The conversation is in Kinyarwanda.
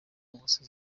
uwase